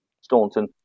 Staunton